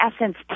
essence